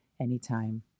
anytime